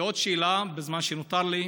ועוד שאלה בזמן שנותר לי: